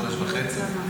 חודש וחצי.